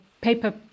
paper